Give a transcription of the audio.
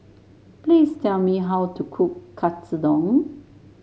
please tell me how to cook Katsudon